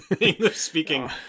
English-speaking